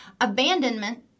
Abandonment